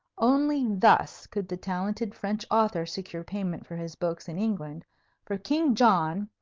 only thus could the talented french author secure payment for his books in england for king john,